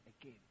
again